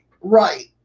Right